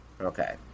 Okay